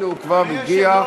הנה הוא כבר הגיע.